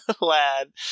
lad